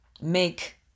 make